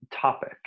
topic